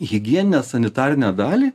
higieninę sanitarinę dalį